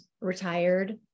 retired